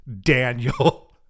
Daniel